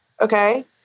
Okay